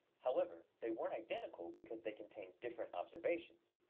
however, they weren't identical because they contained different observations.